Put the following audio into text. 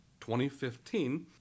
2015